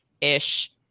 ish